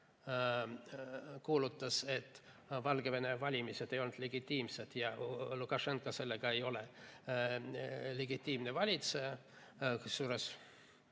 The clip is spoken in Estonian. kuulutas, et Valgevene valimised ei olnud legitiimsed ja seega Lukašenka ei ole legitiimne valitseja. Kusjuures